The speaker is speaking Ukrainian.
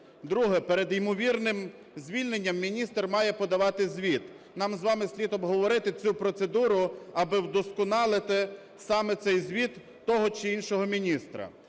Друге. Перед ймовірним звільненням міністр має подавати звіт. Нам з вами слід обговорити цю процедуру аби вдосконалити саме цей звіт того чи іншого міністра.